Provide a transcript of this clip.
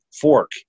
fork